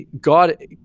God